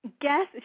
guess